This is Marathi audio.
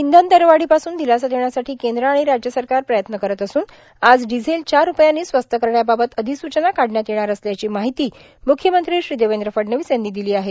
इंधन दरवाढोपासून ादलासा देण्यासाठी कद्र आण राज्य सरकार प्रयत्न करत असून आज र्डझेल चार रुपयांनी स्वस्त करण्याबाबत र्राधसूचना काढण्यात येणार असल्याची मार्ाहती मुख्यमंत्री श्री देवद्र फडणवीस यांनी ादला आहे